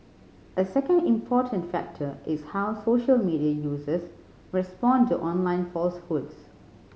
a second important factor is how social media users respond to online falsehoods